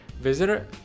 Visitor